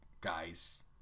guys